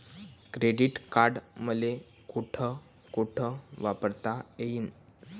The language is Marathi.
क्रेडिट कार्ड मले कोठ कोठ वापरता येईन?